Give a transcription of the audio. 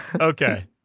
Okay